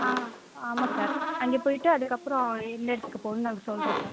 ஆ ஆமாம் சார் அங்கே போய்ட்டு அதுக்கப்புறம் எந்த இடத்துக்கு போகணும்னு நாங்கள் சொல்கிறோம் சார்